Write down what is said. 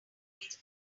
package